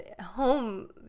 home